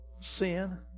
sin